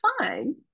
fine